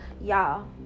Y'all